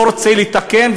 לא רוצה לתקן,